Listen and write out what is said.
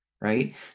right